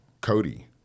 cody